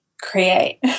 create